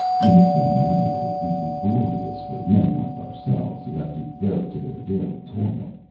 in the same manner it would be glorious for men like ourselves, who have to go to their daily toil.